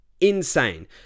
Insane